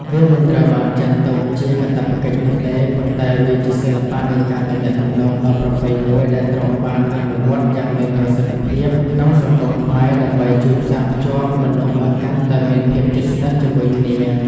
វាមិនត្រូវបានចាត់ទុកជាកាតព្វកិច្ចនោះទេ ប៉ុន្តែវាជាសិល្បៈនៃការទំនាក់ទំនងដ៏ប្រពៃមួយដែលត្រូវបានអនុវត្តយ៉ាងមានប្រសិទ្ធភាពក្នុងសង្គមខ្មែរ ដើម្បីជួយផ្សារភ្ជាប់មនុស្សឲ្យកាន់តែមានភាពជិតស្និទ្ធជាមួយគ្នា។